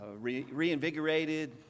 reinvigorated